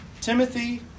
Timothy